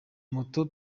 moto